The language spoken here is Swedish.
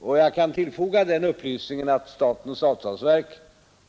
Och jag kan tillfoga den upplysningen att statens avtalsverk